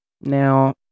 Now